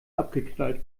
abgeknallt